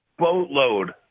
Boatload